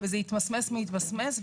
וזה התמסמס והתמסמס,